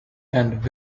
and